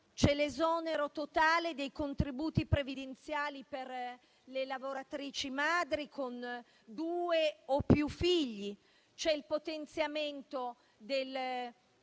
poi l'esonero totale dei contributi previdenziali per le lavoratrici madri con due o più figli, il potenziamento del